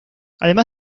además